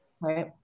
Right